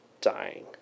dying